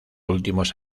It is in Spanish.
últimos